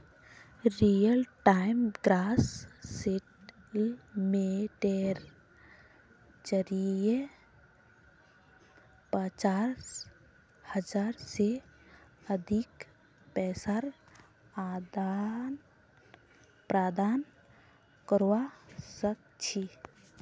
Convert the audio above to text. real time gross सेटलमेंटेर जरिये पचास हज़ार से अधिक पैसार आदान प्रदान करवा सक छी